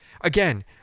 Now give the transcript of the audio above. Again